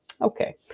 Okay